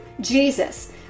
Jesus